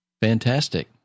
Fantastic